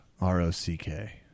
R-O-C-K